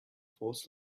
forced